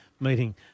Meeting